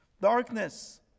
darkness